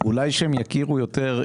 אולי שהם יכירו יותר,